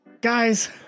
guys